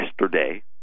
yesterday